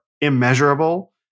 immeasurable